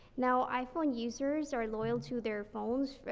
now, iphone users are loyal to their phones, ah,